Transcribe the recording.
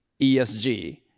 ESG